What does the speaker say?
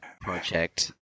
project